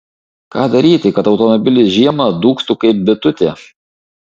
ką daryti kad automobilis žiemą dūgztų kaip bitutė